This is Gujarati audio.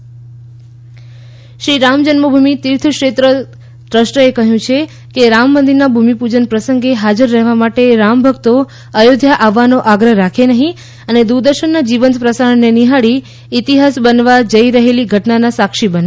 રામ મંદિરના ભૂમીપૂજનમાં નિયંત્રણ શ્રી રામ જન્મભૂમિ તીર્થક્ષેત્ર ટ્રસ્ટએ કહ્યું છે કે રામ મંદિરના ભૂમીપૂજન પ્રસંગે હાજર રહેવા માટે રામ ભક્તો અયોધ્યા આવવાનો આગ્રહ રાખે નહીં અને દૂરદર્શનના જીવંત પ્રસારણને નિહાળી ઇતિહાસ બનવા જઈ રહેલી ઘટનાના સાક્ષી બને